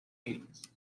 meetings